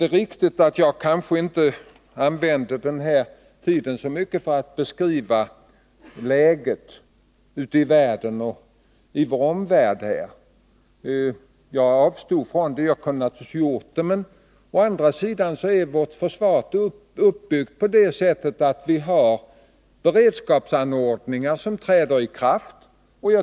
Det är riktigt att jag kanske inte i så stor utsträckning utnyttjade min taletid till att beskriva läget i vår omvärld. Jag avstod från det. Naturligtvis hade jag kunnat göra det, men å andra sidan är ju vårt försvar uppbyggt på det sättet att vi har beredskapsanordningar som träder i kraft vid behov.